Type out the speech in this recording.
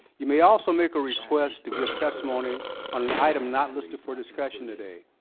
you may also make a request to give testimony on an item not listed for discussion today.